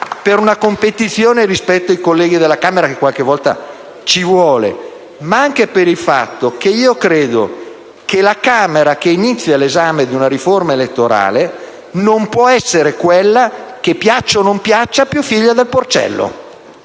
per una competizione rispetto ai colleghi della Camera, che qualche volta ci vuole, ma anche perché sono convinto che la Camera che inizia l'esame di una riforma elettorale non possa essere quella che - piaccia o non piaccia - è più figlia del "porcello",